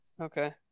Okay